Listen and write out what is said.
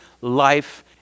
life